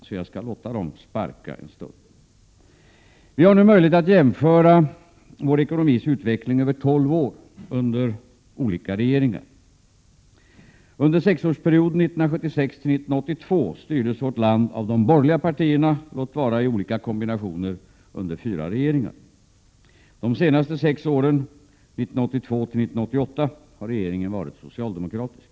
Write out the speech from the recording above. Så jag skall låta dem sparka en stund. Vi har nu möjlighet att jämföra den svenska ekonomins utveckling över tolv år under två olika regeringar. Under sexårsperioden 1976-1982 styrdes vårt land av de borgerliga partierna, låt vara i olika kombinationer under fyra regeringar. Under de senaste sex åren, 1982-1988, har regeringen varit socialdemokratisk.